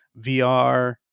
VR